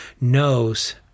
knows